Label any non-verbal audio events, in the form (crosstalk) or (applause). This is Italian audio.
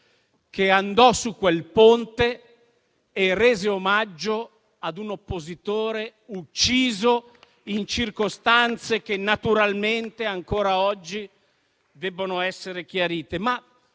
andò su quel ponte e rese omaggio (applause) ad un oppositore ucciso in circostanze che, naturalmente, ancora oggi debbono essere chiarite.